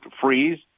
freeze